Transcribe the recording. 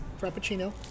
frappuccino